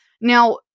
Now